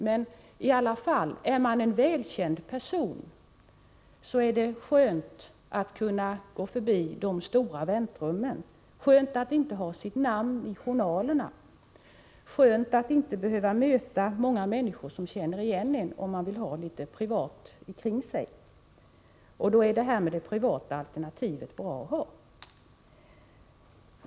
Men i alla fall: Är man en välkänd person är det skönt att kunna gå förbi de stora väntrummen, skönt att inte ha sitt namn i journalerna, skönt att inte behöva möta många människor som känner igen en om man vill ha det litet privat omkring sig. Då är det privata alternativet bra att ha.